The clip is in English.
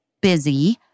busy